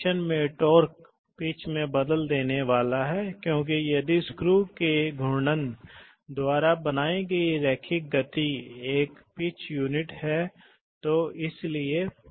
तो यह केवल पाँच होने जा रहा है तो आप देखते हैं इसलिए शायद यह सेटिंग f3 है इसलिए आप इस सर्किट का उपयोग करके तीन सेटिंग्स f1 f2 और f3 का एहसास कर सकते हैं सही बहुत अच्छा